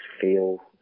feel